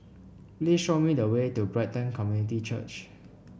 please show me the way to Brighton Community Church